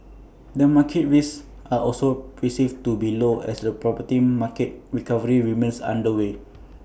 the market risks are also perceived to be low as the property market recovery remains underway